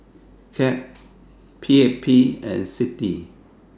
CAG PAP and CITI